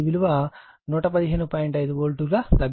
5 volt లభిస్తుంది